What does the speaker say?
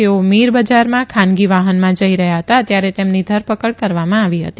તેઓ મીર બજારમાં ખાનગી વાહનમાં જઇ રહ્યા હતા ત્યારે તેમની ધરપકડ કરવામાં આવી હતી